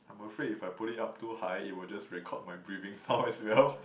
I'm afraid if I put it up too high it would just record my breathing sound as well